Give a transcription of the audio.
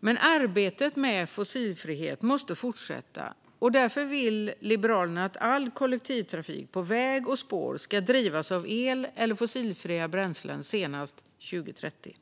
Men arbetet med fossilfrihet måste fortsätta, och därför vill Liberalerna att all kollektivtrafik på väg och spår ska drivas av el eller fossilfria bränslen senast 2030.